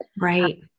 right